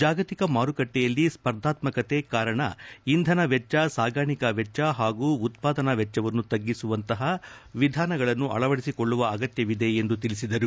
ಜಾಗತಿಕ ಮಾರುಕಟ್ಟೆಯಲ್ಲಿ ಸ್ಪರ್ಧಾತ್ಕತೆ ಕಾರಣ ಇಂಧನ ವೆಚ್ಚ ಸಾಗಾಣಿಕಾ ವೆಚ್ಚ ಹಾಗೂ ಉತ್ಪಾದನಾ ವೆಚ್ಚವನ್ನು ತಗ್ಗಿಸುವಂತಹ ವಿಧಾನಗಳನ್ನು ಅಳವಡಿಸಿಕೊಳ್ಳುವ ಅಗತ್ಯ ಇದೆ ಎಂದರು